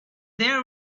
there